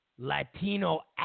Latino